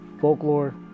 Folklore